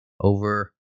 over